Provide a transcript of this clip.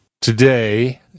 today